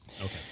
Okay